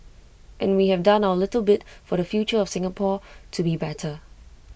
and we have done our little bit for the future of Singapore to be better